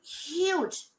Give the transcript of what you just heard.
huge